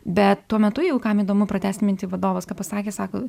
bet tuo metu jau kam įdomu pratęsti mintį vadovas ką pasakė sako